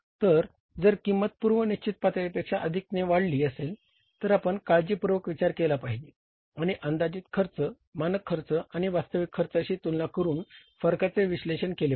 तर जर किंमत पूर्व निश्चित पातळीपेक्षा अधिकने वाढत असेल तर आपण काळजीपूर्वक विचार केला पाहिजे आणि अंदाजित खर्च मानक खर्च यांची वास्तविक खर्चाशी तुलना करून फरकांचे विश्लेषण केले पाहिजे